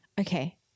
Okay